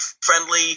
friendly